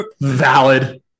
valid